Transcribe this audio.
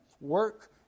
Work